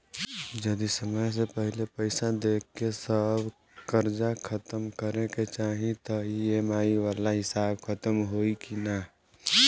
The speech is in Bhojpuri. जदी समय से पहिले पईसा देके सब कर्जा खतम करे के चाही त ई.एम.आई वाला हिसाब खतम होइकी ना?